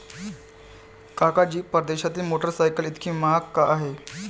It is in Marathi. काका जी, परदेशातील मोटरसायकल इतकी महाग का आहे?